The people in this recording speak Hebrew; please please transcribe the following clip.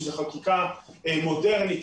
שזו חקיקה מודרנית,